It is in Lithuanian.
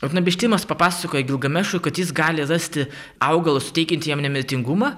utnapištimas papasakoja gilgamešui kad jis gali rasti augalą suteikiantį jam nemirtingumą